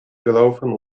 gelaufen